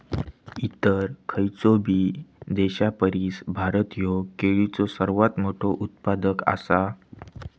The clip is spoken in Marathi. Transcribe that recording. इतर खयचोबी देशापरिस भारत ह्यो केळीचो सर्वात मोठा उत्पादक आसा